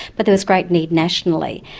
but there was great need nationally.